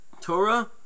Torah